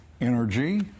energy